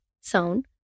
sound